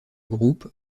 groupe